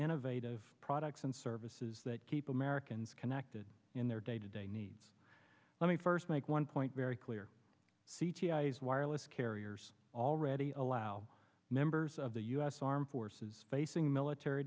innovative products and services that keep americans connected in their day to day needs let me first make one point very clear c g i is wireless carriers already allow members of the u s armed forces facing military